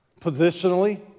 positionally